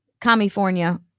California